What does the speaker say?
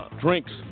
Drinks